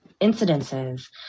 incidences